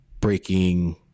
breaking